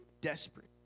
desperate